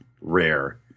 rare